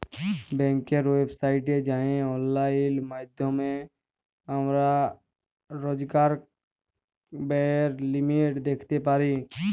ব্যাংকের ওয়েবসাইটে যাঁয়ে অললাইল মাইধ্যমে আমরা রইজকার ব্যায়ের লিমিট দ্যাইখতে পারি